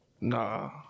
Nah